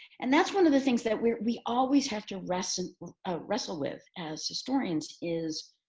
and that's one of the things that we we always have to wrestle ah wrestle with as historians, is